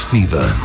Fever